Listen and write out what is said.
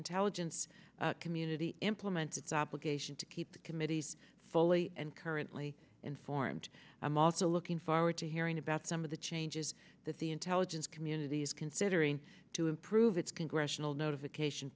intelligence community implements its obligation to keep the committees fully and currently informed i'm also looking forward to hearing about some of the changes that the intelligence community is considering to improve its congressional notification